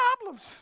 problems